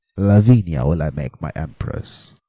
lavinia will i make my emperess,